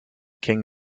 king